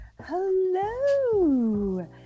Hello